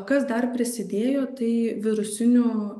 kas dar prisidėjo tai virusinių